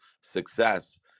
success